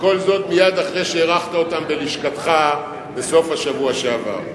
וכל זאת מייד אחרי שאירחת אותם בלשכתך בסוף השבוע שעבר.